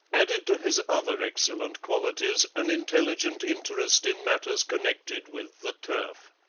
added to his other excellent qualities an intelligent interest in matters connected with the turf.